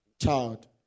child